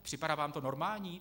Připadá vám to normální?